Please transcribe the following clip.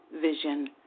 vision